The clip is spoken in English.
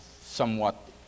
somewhat